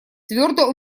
твердо